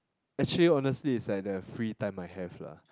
actually honestly it's like the free time I have lah